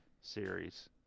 series